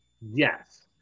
yes